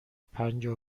پنجاه